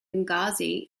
benghazi